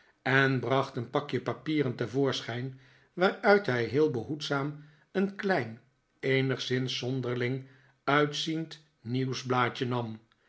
en bracht een pakje papieren te voorschijn waaruit hij heel behoedzaam een klein eenigszins zonderling uitziend nieuwsblaadje nam